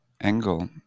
angle